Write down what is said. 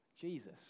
Jesus